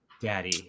Daddy